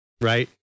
right